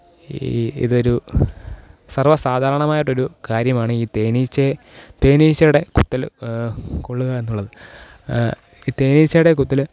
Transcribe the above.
ഈ ഇതൊരു സര്വ്വസാധാരണമായിട്ടൊരു കാര്യമാണ് ഈ തേനീച്ചയെ തേനീച്ചയുടെ കുത്തൽ കൊള്ളുക എന്നുള്ളത് ഈ തേനീച്ചയുടെ കുത്തൽ